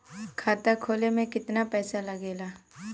खाता खोले में कितना पैसा लगेला?